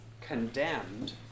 condemned